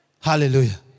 Hallelujah